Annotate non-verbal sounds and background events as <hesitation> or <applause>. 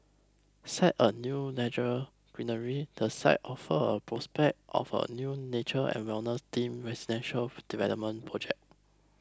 set a new <unintelligible> greenery the site offers a prospect of a new nature and wellness themed residential <hesitation> development project